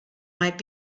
might